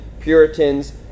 Puritans